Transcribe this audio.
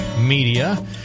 Media